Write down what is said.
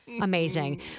Amazing